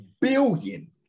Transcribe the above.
billion